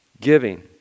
Giving